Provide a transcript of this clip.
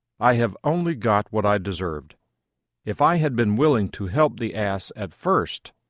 i have only got what i deserved if i had been willing to help the ass at first,